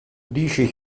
dici